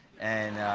and